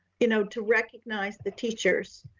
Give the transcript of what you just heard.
you know to recognize the teachers